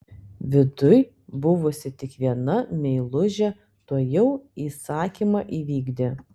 viduj buvusi tik viena meilužė tuojau įsakymą įvykdė